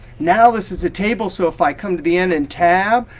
now this is a table so if i come to the end and tab,